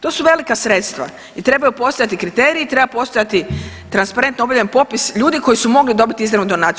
To su velika sredstva i trebaju postojati kriteriji i treba postojati transparentno objavljen popis ljudi koji su mogli dobiti izravnu donaciju.